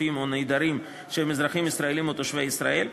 חטופים או נעדרים שהם אזרחים ישראלים או תושבי ישראל,